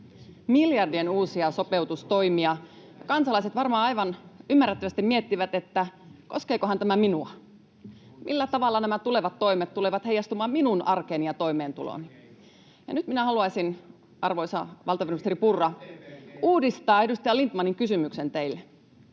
miljardien uusia sopeutustoimia. Kansalaiset varmaan aivan ymmärrettävästi miettivät, koskeekohan tämä minua ja millä tavalla nämä tulevat toimet tulevat heijastumaan minun arkeeni ja toimeentulooni. Nyt minä haluaisin, arvoisa valtiovarainministeri Purra, uudistaa edustaja Lindtmanin kysymyksen teille: